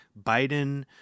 biden